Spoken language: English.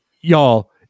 y'all